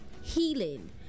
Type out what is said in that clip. healing